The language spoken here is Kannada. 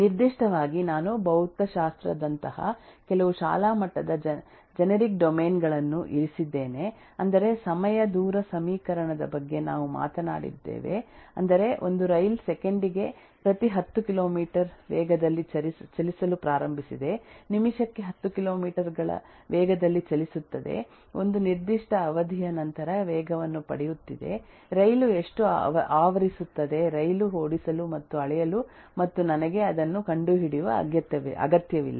ನಿರ್ದಿಷ್ಟವಾಗಿ ನಾನು ಭೌತಶಾಸ್ತ್ರದಂತಹ ಕೆಲವು ಶಾಲಾ ಮಟ್ಟದ ಜೆನೆರಿಕ್ ಡೊಮೇನ್ ಗಳನ್ನು ಇರಿಸಿದ್ದೇನೆ ಅಂದರೆ ಸಮಯ ದೂರ ಸಮೀಕರಣದ ಬಗ್ಗೆ ನಾವು ಮಾತನಾಡಿದ್ದೇವೆ ಅಂದರೆ ಒಂದು ರೈಲು ಸೆಕೆಂಡಿಗೆ ಪ್ರತಿ 10 ಕಿಲೋಮೀಟರ್ ವೇಗದಲ್ಲಿ ಚಲಿಸಲು ಪ್ರಾರಂಭಿಸಿದೆ ನಿಮಿಷಕ್ಕೆ 10 ಕಿಲೋಮೀಟರ್ ಗಳ ವೇಗದಲ್ಲಿ ಚಲಿಸುತ್ತದೆ ಒಂದು ನಿರ್ದಿಷ್ಟ ಅವಧಿಯ ನಂತರ ವೇಗವನ್ನು ಪಡೆಯುತ್ತಿದೆ ರೈಲು ಎಷ್ಟು ಆವರಿಸುತ್ತದೆ ರೈಲು ಓಡಿಸಲು ಮತ್ತು ಅಳೆಯಲು ಮತ್ತು ನನಗೆ ಅದನ್ನು ಕಂಡುಹಿಡಿಯುವ ಅಗತ್ಯವಿಲ್ಲ